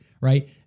right